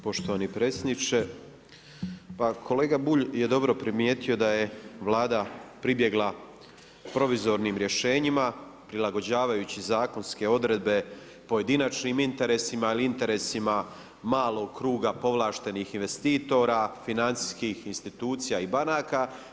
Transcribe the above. Poštovani predsjedniče, pa kolega Bulj je dobro primijetio da je Vlada pribjegla provizornim rješenjima prilagođavajući zakonske odredbe pojedinačnim interesima ili interesima malog kruga povlaštenih investitora, financijskih institucija i banaka.